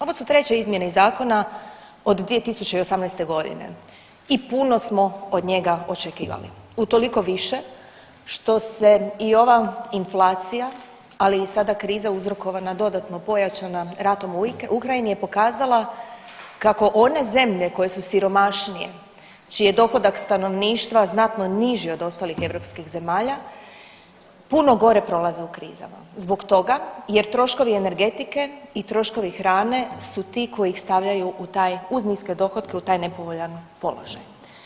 Ovo su treće izmjene iz zakona od 2018.g. i puno smo od njega očekivali, utoliko više što se i ova inflacija, ali i sada kriza uzrokovana dodatno pojačana ratom u Ukrajini je pokazala kako one zemlje koje su siromašnije, čiji je dohodak stanovništva znatno niži od ostalih europskih zemalja puno gore prolaze u krizama zbog toga jer troškovi energetike i troškovi hrane su ti koji ih stavljaju u taj, uz niske dohotke u taj nepovoljan položaj.